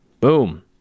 Boom